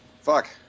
fuck